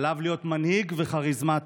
עליו להיות מנהיג וכריזמטי.